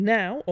now